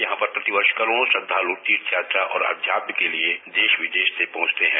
यहां पर प्रतिवर्ष करोड़ों श्रद्धालु तीर्थयात्रा आध्यात्म के लिए देश विदेश से पहुंचते हैं